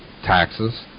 Taxes